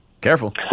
Careful